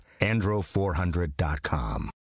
andro400.com